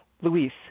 Luis